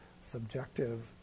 subjective